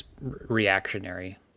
reactionary